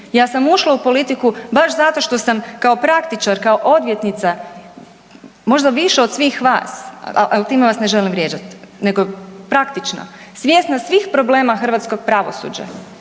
ja sam ušla u politiku baš zato što sam kao praktičar, kao odvjetnica možda više od svih vas, ali time vas ne želim vrijeđati nego praktično, svjesna svih problema hrvatskog pravosuđa